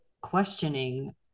questioning